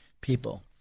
people